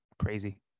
crazy